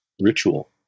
ritual